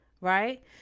right